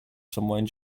somewhere